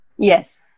Yes